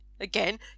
again